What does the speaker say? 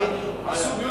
התבגרנו,